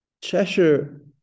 Cheshire